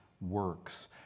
works